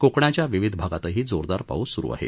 कोकणाच्या विविध भागातही जोरदार पाऊस स्रू आहे